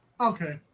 Okay